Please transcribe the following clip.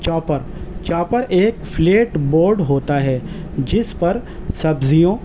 chopper chopper ایک flat board ہوتا ہے جس پر سبزیوں